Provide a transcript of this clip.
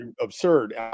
absurd